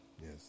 yes